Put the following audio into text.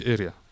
Area